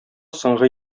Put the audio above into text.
соңгы